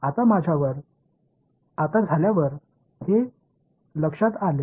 இப்போது இந்த rho ஒரு செயல்பாடு நினைவில் வைத்துக் கொள்ள தெரியவில்லை